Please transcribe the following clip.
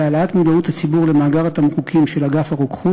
כי העלאת מודעות הציבור למאגר התמרוקים של אגף הרוקחות,